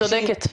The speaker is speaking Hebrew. צודקת.